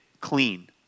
clean